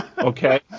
okay